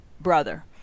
brother